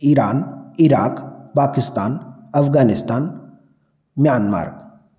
Iran Iraq Pakistan Afghanistan Myanmar